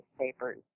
newspapers